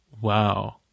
wow